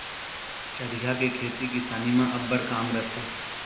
चरिहा के खेती किसानी म अब्बड़ काम रथे